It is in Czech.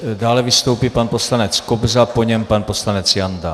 Dále vystoupí pan poslanec Kobza, po něm pan poslanec Janda.